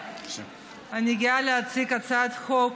אני גאה להציג הצעת חוק